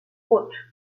hautes